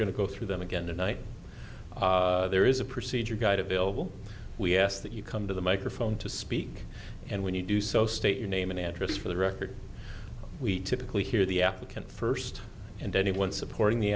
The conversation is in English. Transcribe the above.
going to go through them again tonight there is a procedure guide available we ask that you come to the microphone to speak and when you do so state your name and address for the record we typically hear the applicant first and anyone supporting the